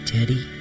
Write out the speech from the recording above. Teddy